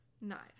knives